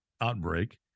outbreak